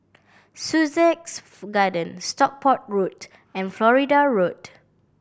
Sussex Garden Stockport Road and Florida Road